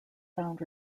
found